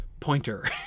pointer